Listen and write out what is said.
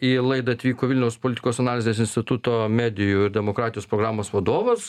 į laidą atvyko vilniaus politikos analizės instituto medijų ir demokratijos programos vadovas